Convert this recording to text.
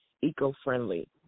eco-friendly